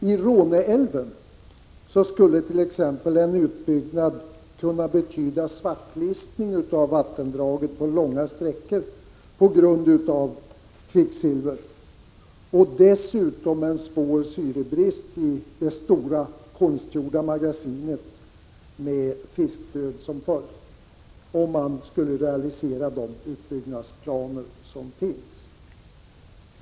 I Råneälven skulle t.ex. en utbyggnad kunna betyda svartlistning av vattendraget på långa sträckor på grund av kvicksilver. Dessutom kunde det bli svår syrebrist i det stora konstgjorda magasinet med fiskdöd som följd, om man skulle realisera de utbyggnadsplaner som finns.